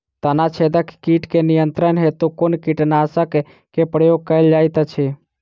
तना छेदक कीट केँ नियंत्रण हेतु कुन कीटनासक केँ प्रयोग कैल जाइत अछि?